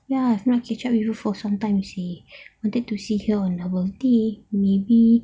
ya I can check with you for sometimes seh wanted to sit here on your birthday maybe